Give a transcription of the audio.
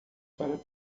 para